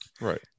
Right